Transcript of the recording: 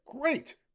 Great